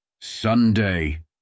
Sunday